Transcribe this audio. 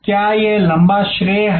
क्या यह लंबा श्रेय है